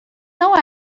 não